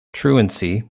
truancy